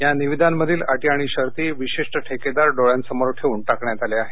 या निविदांमधील अटी आणि शर्ती विशिष्ट ठेकेदार डोळ्यांसमोर ठेवून टाकण्यात आल्या आहेत